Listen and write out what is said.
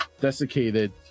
desiccated